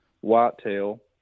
whitetail